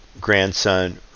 grandson